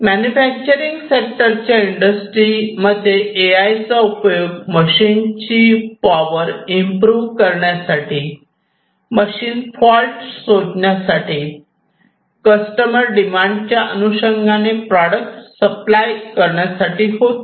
manufacturing सेक्टरच्या इंडस्ट्रीमध्ये चा उपयोग मशीनची पावर वापर इंप्रो करण्यासाठी मशीन फॉल्ट शोधण्यासाठी कस्टमर डिमांड च्या अनुषंगाने प्रॉडक्ट सप्लाय करण्यासाठी होतो